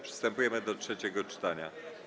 Przystępujemy do trzeciego czytania.